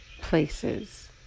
places